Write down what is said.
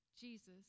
Jesus